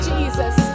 Jesus